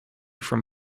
from